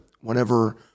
whenever